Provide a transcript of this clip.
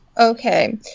Okay